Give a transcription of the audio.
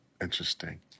Interesting